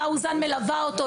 אלה אוזן מלווה אותו,